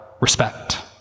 respect